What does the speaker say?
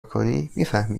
کنی، میفهمی